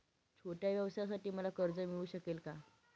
छोट्या व्यवसायासाठी मला कर्ज मिळू शकेल का?